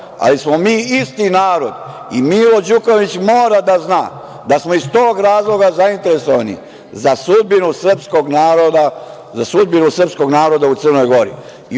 ali smo mi isti narod i Milo Đukanović mora da zna da smo iz tog razloga zainteresovani za sudbinu srpskog naroda u Crnoj Gori.